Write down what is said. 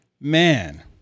Man